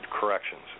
corrections